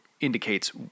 indicates